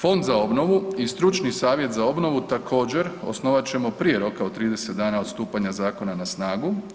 Fond za obnovu i Stručni savjet za obnovu također osnovat ćemo prije roka od 30 dana od stupanja zakona na snagu.